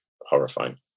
horrifying